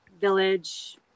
village